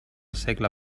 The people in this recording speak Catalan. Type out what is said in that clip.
segle